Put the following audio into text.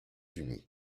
unis